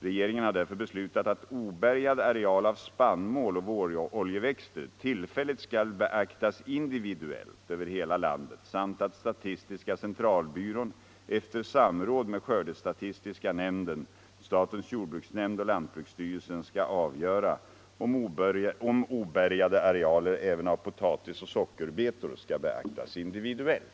Regeringen har därför beslutat att obärgad areal av spannmål och våroljeväxter tillfälligt skall beaktas individuellt över hela landet samt att statistiska centralbyrån efter samråd med skördestatistiska nämnden, statens jordbruksnämnd och lantbruksstyrelsen skall avgöra om obärgade arealer även av potatis och sockerbetor skall beaktas individuellt.